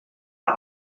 der